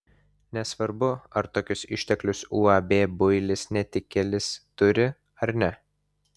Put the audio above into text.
nesvarbu ar tokius išteklius uab builis netikėlis turi ar ne